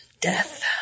Death